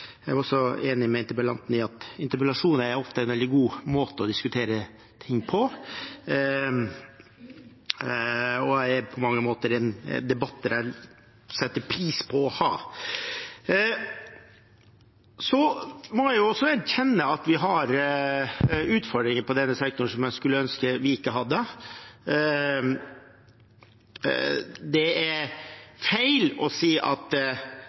jeg den fortjener. Jeg er også enig med interpellanten i at en interpellasjon ofte er en veldig god måte å diskutere ting på, og det er på mange måter en debatt jeg setter pris på å ha. Jeg må også erkjenne at vi har utfordringer på denne sektoren som jeg skulle ønske at vi ikke hadde. Det er feil å si at